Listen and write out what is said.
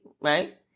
right